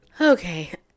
okay